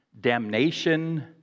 damnation